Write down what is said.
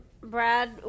Brad